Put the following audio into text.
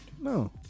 No